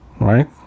Right